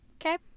Okay